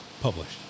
published